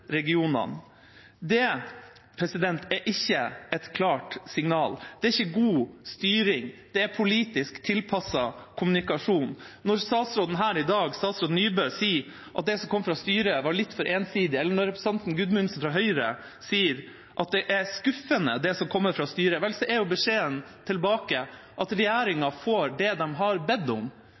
regionene. Det er ikke et klart signal. Det er ikke god styring – det er politisk tilpasset kommunikasjon. Når statsråd Nybø her i dag sier at det som kom fra styret, var litt for ensidig, eller når representanten Gudmundsen, fra Høyre, sier at det som kommer fra styret, er skuffende, er beskjeden tilbake at regjeringa får det de har bedt om.